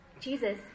Jesus